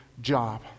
job